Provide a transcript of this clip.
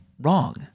wrong